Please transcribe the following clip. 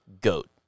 Goat